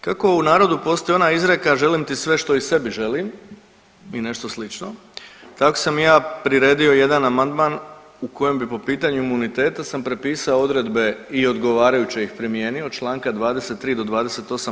Kako u narodu postoji ona izreka želim ti sve što i sebi želim i nešto slično tako sam i ja priredio i jedan amandman u kojem bi po pitanju imuniteta sam prepisao odredbe i odgovarajuće ih primijenio od Članka 23. do 28.